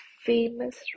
famous